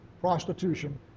prostitution